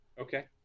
Okay